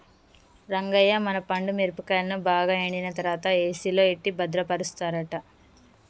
రంగయ్య మన పండు మిరపకాయలను బాగా ఎండిన తర్వాత ఏసిలో ఎట్టి భద్రపరుస్తారట